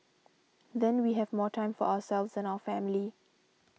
then we have more time for ourselves and our family